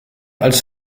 als